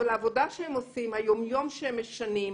אבל העבודה שהם עושים, היום-יום שהם משנים,